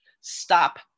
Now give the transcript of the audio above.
stop